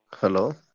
Hello